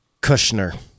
Kushner